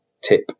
tip